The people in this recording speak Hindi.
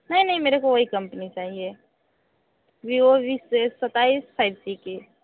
नहीं नहीं मेरे को वही कंपनी चाहिए वीवो वी से सत्ताईस फाइव जी की